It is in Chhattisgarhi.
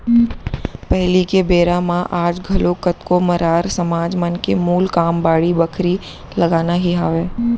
पहिली के बेरा म आज घलोक कतको मरार समाज मन के मूल काम बाड़ी बखरी लगाना ही हावय